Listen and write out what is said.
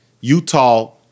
Utah